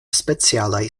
specialaj